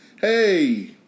Hey